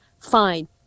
fine